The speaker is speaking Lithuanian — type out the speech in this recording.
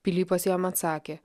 pilypas jam atsakė